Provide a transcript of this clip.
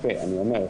אני אומר,